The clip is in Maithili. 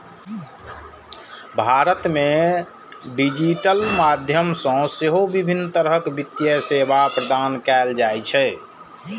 भारत मे डिजिटल माध्यम सं सेहो विभिन्न तरहक वित्तीय सेवा प्रदान कैल जाइ छै